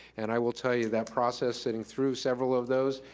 and i will tell you that process, sitting through several of those,